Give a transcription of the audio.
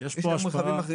יש פה השפעה על התחרות.